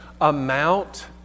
amount